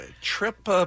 trip